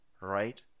right